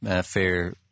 fair